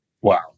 Wow